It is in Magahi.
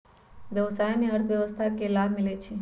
व्यवसाय से अर्थव्यवस्था के लाभ मिलइ छइ